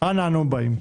אנה אנו באים?